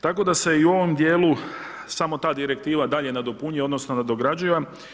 Tako da se i u ovom dijelu samo ta direktiva dalje nadopunjuje odnosno, nadograđuje.